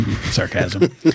Sarcasm